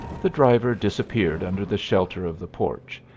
the driver disappeared under the shelter of the porch,